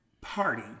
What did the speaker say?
party